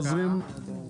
שוב לנמק?